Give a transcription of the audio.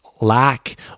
lack